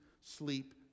sleep